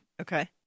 Okay